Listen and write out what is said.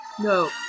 No